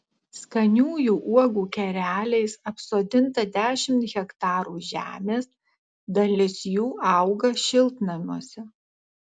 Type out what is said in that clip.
skaniųjų uogų kereliais apsodinta dešimt hektarų žemės dalis jų auga šiltnamiuose